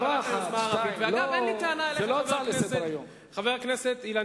חבר הכנסת יוחנן פלסנר,